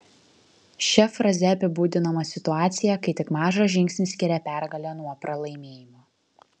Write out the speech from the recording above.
šia fraze apibūdinama situacija kai tik mažas žingsnis skiria pergalę nuo pralaimėjimo